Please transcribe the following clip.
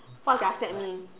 what does that mean